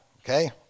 okay